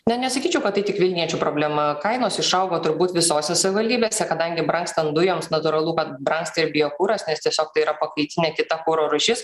ne nesakyčiau kad tai tik vilniečių problema kainos išaugo turbūt visose savivaldybėse kadangi brangstant dujoms natūralu kad brangsta ir biokuras nes tiesiog tai yra pakaitinė kita kuro rūšis